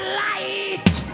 light